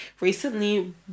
Recently